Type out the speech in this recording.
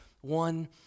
one